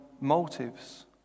motives